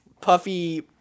puffy